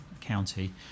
county